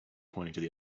pointing